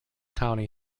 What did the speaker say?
county